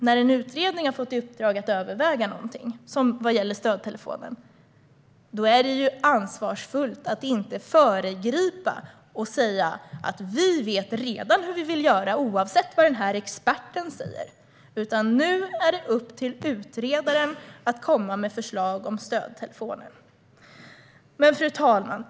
När en utredning har fått i uppdrag att överväga någonting, till exempel vad gäller stödtelefonen, är det ansvarsfullt att inte föregripa och säga: Vi vet redan hur vi vill göra oavsett vad experten säger. Nu är det i stället upp till utredaren att komma med ett förslag om stödtelefonen. Fru talman!